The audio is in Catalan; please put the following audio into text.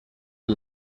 del